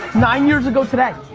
nine years ago today.